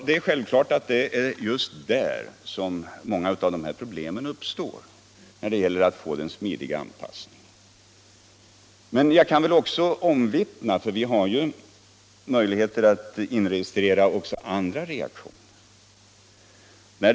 Det är självklart att det är just där som många av problemen med en smidig anpassning uppstår. Men vi har nu möjlighet att inregistrera också andra reaktioner.